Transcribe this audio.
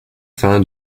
fin